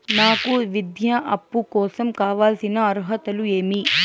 నాకు విద్యా అప్పు కోసం కావాల్సిన అర్హతలు ఏమి?